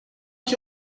que